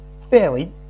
fairly